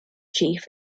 chief